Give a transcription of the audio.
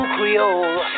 Creole